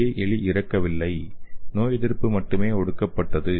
இங்கே எலி இறக்கவில்லை நோயெதிர்ப்பு மட்டுமே ஒடுக்கப்பட்டது